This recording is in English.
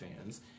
fans